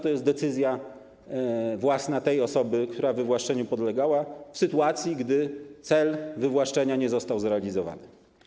To jest decyzja własna tej osoby, która wywłaszczeniu podlegała, w sytuacji gdy cel wywłaszczenia nie został zrealizowany.